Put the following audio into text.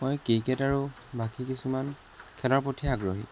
মই ক্ৰিকেট আৰু বাকী কিছুমান খেলৰ প্ৰতিহে আগ্ৰহী